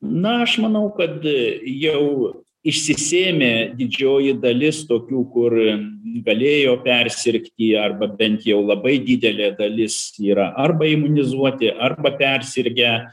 na aš manau kad jau išsisėmė didžioji dalis tokių kur galėjo persirgti arba bent jau labai didelė dalis yra arba imunizuoti arba persirgę